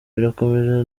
birakomeje